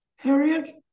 Harriet